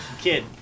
kid